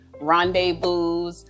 rendezvous